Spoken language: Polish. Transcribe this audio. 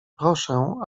proszę